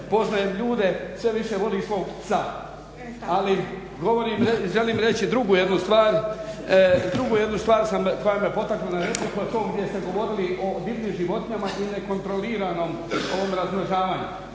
poznajem ljude sve više volim svog psa. Ali, želim reći drugu jednu stvar koja me potakla na repliku, a to gdje ste govorili o divljim životinjama i nekontroliranom ovom razmnožavanju